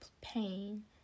pain